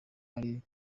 ari